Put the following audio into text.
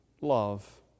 love